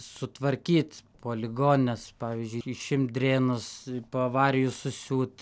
sutvarkyt po ligoninės pavyzdžiui išimt drėnus po avarijų susiūt